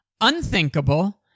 Unthinkable